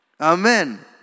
Amen